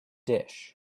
dish